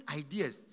ideas